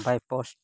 by post